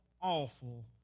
awful